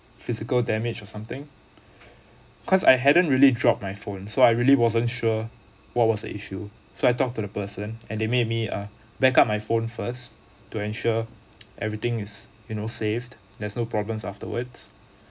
physical damage or something cause I hadn't really drop my phone so I really wasn't sure what was the issue so I talk to the person and they made me uh backup my phone first to ensure everything is you know saved there's no problems afterwards